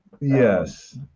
Yes